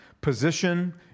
position